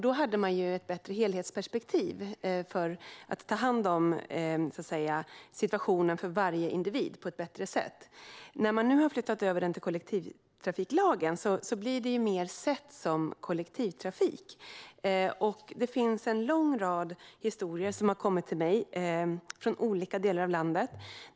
Då hade man ett bättre helhetsperspektiv och kunde på ett bättre sätt ta hand om situationen för varje individ. När färdtjänsten nu har flyttats över till kollektivtrafiklagen ses den mer som kollektivtrafik. Det har kommit en lång rad historier till mig från olika delar av landet.